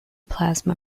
plasma